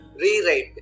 rewrite